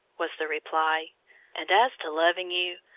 was the reply and as to loving you,